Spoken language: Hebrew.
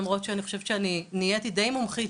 למרות שאני חושבת שאני נהייתי די מומחית